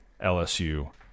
LSU